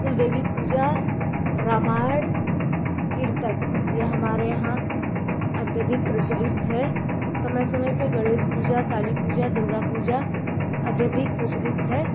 कुलदेवी पूजा रामायण कीर्तन ये हमारे यहाँ अत्यधिक प्रचलित है समय समय पे गणेश पूजा काली पूजा दुर्गा पूजा अत्यधिक प्रचलित है